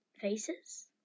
faces